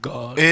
God